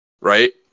right